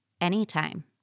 anytime